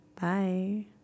Bye